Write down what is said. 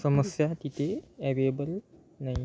समस्या की ते ॲवेलेबल नाही आहे